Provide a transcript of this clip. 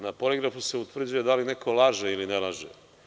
Na poligrafu se utvrđuje da li neko laže ili ne laže.